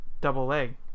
double-leg